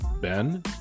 ben